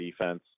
defense